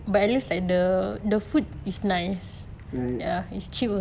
right